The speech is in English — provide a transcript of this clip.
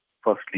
firstly